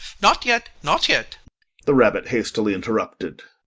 not yet, not yet the rabbit hastily interrupted.